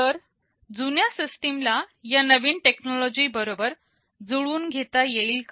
तर जुन्या सिस्टीम ला या नवीन टेक्नॉलॉजी बरोबर जुळवून घेता येईल का